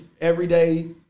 Everyday